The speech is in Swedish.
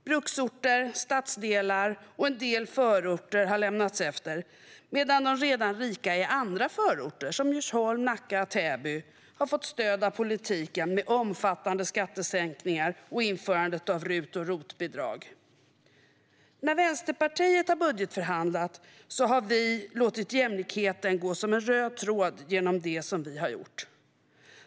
Bruksorter, stadsdelar och en del förorter har hamnat efter, medan de redan rika i andra förorter, till exempel Djursholm, Nacka och Täby, har fått stöd av politiken med omfattande skattesänkningar och införandet av RUT och ROT-bidrag. När Vänsterpartiet har budgetförhandlat har vi låtit jämlikheten gå som en röd tråd genom det vi har gjort.